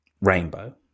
rainbow